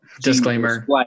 Disclaimer